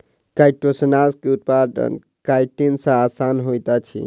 chitosan के उत्पादन chitin सॅ आसान होइत अछि